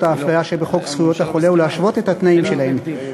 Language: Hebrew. האפליה שבחוק זכויות החולה ולהשוות את התנאים שלהן.